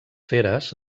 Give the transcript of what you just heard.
feres